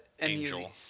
angel